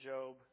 Job